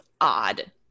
odd